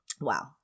Wow